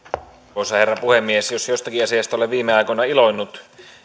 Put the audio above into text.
arvoisa herra puhemies jos jostakin asiasta olen viime aikoina iloinnut